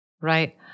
Right